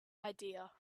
idea